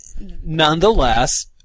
Nonetheless